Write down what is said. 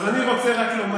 אז אני רק לומר